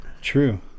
True